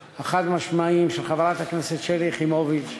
החד-משמעיים של חברת הכנסת שלי יחימוביץ,